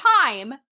time